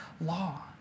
law